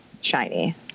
shiny